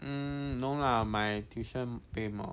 mm no lah my tuition pay more